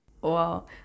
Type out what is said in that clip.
wow